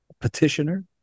petitioner